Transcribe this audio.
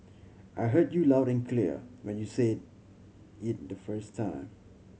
I heard you loud and clear when you said it the first time